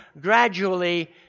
gradually